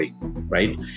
Right